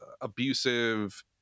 abusive